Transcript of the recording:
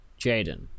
Jaden